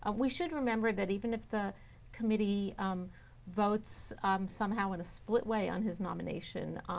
ah we should remember, that even if the committee votes somehow and split way on his nomination,